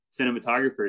cinematographers